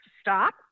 stop